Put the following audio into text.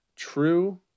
True